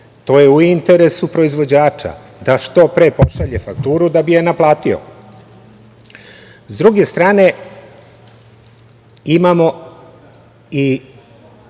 To je u interesu proizvođača, da što pre pošalje fakturu da bi je naplatio. Sa druge strane, imamo i